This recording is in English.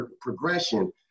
progression